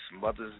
Mother's